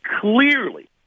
clearly